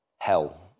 Hell